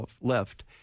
left